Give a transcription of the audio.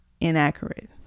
inaccurate